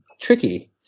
tricky